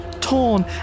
torn